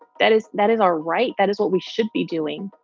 that is that is our right. that is what we should be doing.